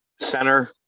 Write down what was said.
Center